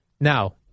Now